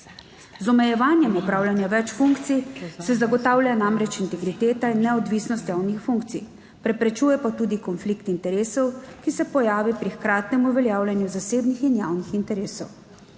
Z omejevanjem opravljanja več funkcij se namreč zagotavljata integriteta in neodvisnost javnih funkcij, preprečuje pa se tudi konflikt interesov, ki se pojavi pri hkratnem uveljavljanju zasebnih in javnih interesov.